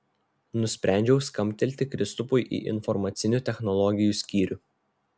nusprendžiau skambtelti kristupui į informacinių technologijų skyrių